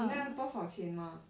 那样多少钱吗